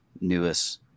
newest